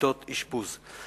מיטות אשפוז.